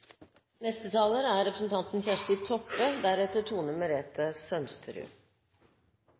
Neste taler er representanten